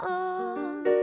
on